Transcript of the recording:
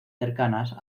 cercanas